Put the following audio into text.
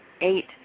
eight